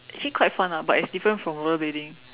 actually quite fun lah but it's different from rollerblading